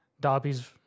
Dobby's